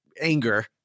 anger